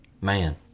Man